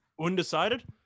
Undecided